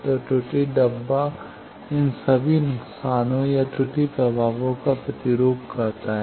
तो त्रुटि डब्बा इन सभी नुकसानों या त्रुटि प्रभावों का प्रतिरूप करता है